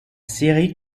série